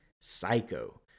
psycho